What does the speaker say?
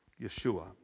Yeshua